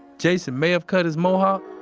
jason may have cut his mohawk,